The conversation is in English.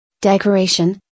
Decoration